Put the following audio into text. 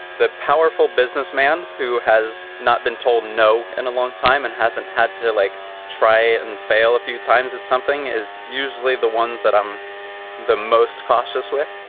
the powerful businessman who has not been told no in a long time and hasn't had to like try and fail a few times, that something is usually the ones that i'm the most cautious with.